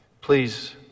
Please